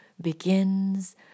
begins